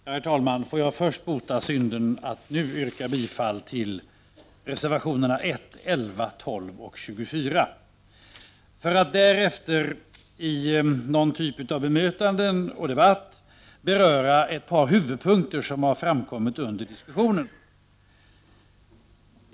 Herr talman! Får jag först råda bot på synden genom att nu yrka bifall till reservationerna 1, 11, 12 och 24 för att därefter i någon typ av bemötande och debatt beröra några huvudpunkter som framkommit under diskussionen.